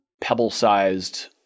pebble-sized